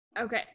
okay